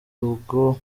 ubwo